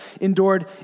endured